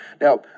Now